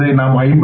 இதை நாம் 55